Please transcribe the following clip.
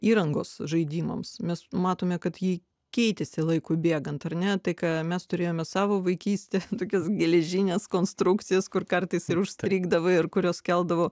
įrangos žaidimams mes matome kad ji keitėsi laikui bėgant ar ne tai ką mes turėjome savo vaikystę tokias geležines konstrukcijas kur kartais ir užstrigdavo ir kurios keldavo